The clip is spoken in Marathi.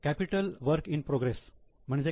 कॅपिटल वर्क इन प्रोग्रेस म्हणजे काय